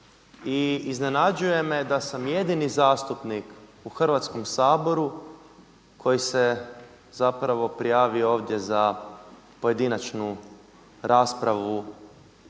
I iznenađuje me da sam jedini zastupnik u Hrvatskom saboru koji se zapravo prijavio ovdje za pojedinačnu raspravu,